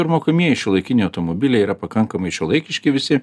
ir mokomieji šiuolaikiniai automobiliai yra pakankamai šiuolaikiški visi